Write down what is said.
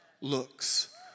looks